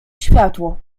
światło